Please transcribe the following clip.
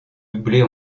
doubler